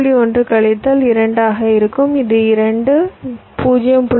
1 கழித்தல் 2 ஆக இருக்கும் இது 2 0